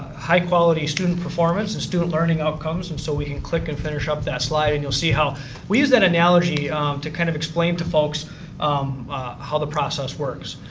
high-quality student performance, the and student learning outcomes, and so we can click and finish up that slide and you'll see how we use that analogy to kind of explain to folks how the process works.